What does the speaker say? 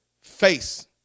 face